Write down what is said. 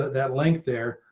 that link there.